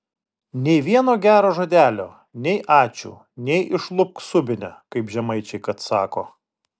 nei vieno gero žodelio nei ačiū nei išlupk subinę kaip žemaičiai kad sako